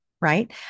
Right